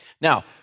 Now